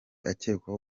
akekwaho